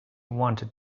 wanted